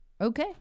Okay